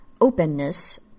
openness